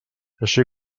així